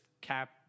Cap